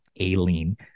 Aileen